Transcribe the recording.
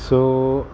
so